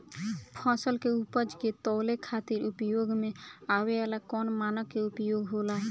फसल के उपज के तौले खातिर उपयोग में आवे वाला कौन मानक के उपयोग होला?